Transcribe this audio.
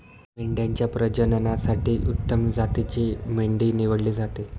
मेंढ्यांच्या प्रजननासाठी उत्तम जातीची मेंढी निवडली जाते